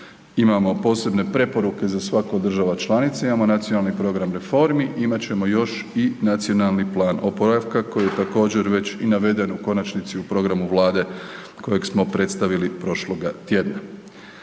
imamo posebne preporuke za svaku od država članica, imamo nacionalni program reformi, imat ćemo još i nacionalni plan oporavka koji je također već i naveden u konačnici u programu vlade kojeg smo predstavili prošloga tjedna.